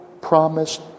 promised